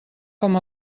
com